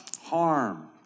harm